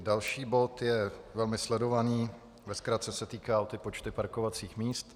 Další bod je velmi sledovaný, ve zkratce, týká se počtu parkovacích míst.